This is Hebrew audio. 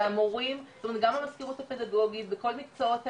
והמורים וגם המזכירות הפדגוגית בכל מקצועות הליבה,